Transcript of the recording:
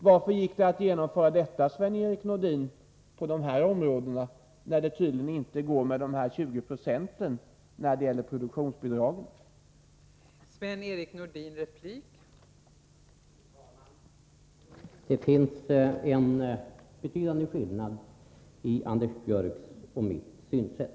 Varför gick det att genomföra detta på det området, när det tydligen inte går att minska produktionsbidragen med 20 96, Sven-Erik Nordin?